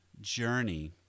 journey